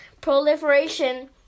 proliferation